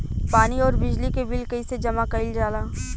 पानी और बिजली के बिल कइसे जमा कइल जाला?